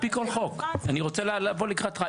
אני רוצה לבוא לקראתך,